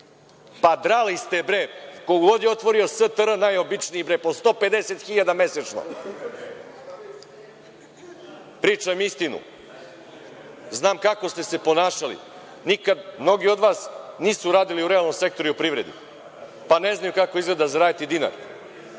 Pa, drali ste bre, ko god je otvorio STR najobičniji po 150.000 mesečno. Pričam istinu. Znam kako ste se ponašali. Nikad mnogi od vas nisu radili u realnom sektoru i u privredi, pa ne znaju kako izgleda zaraditi dinar,